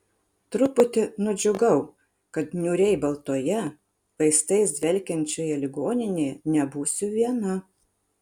truputį nudžiugau kad niūriai baltoje vaistais dvelkiančioje ligoninėje nebūsiu viena